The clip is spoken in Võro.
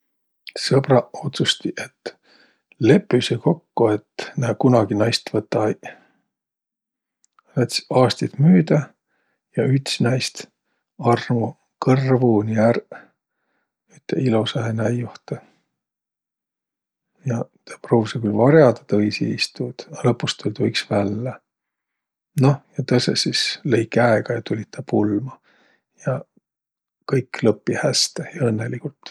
Õbraq otsustiq, et lepüseq kokko, et nä kunagi naist võta-aiq. Läts' aastit müüdä ja üts näist armu kõrvoni ärq ütte ilosahe näiohtõ. Ja pruuvsõ külh var'adaq tõisi iist tuud, a lõpus tull' tuu iks vällä. Noh, ja tõõsõq sis leiq käega ja tulliq tä pulma. Ja kõik lõppi häste ja õnnõligult.